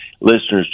listeners